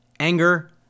anger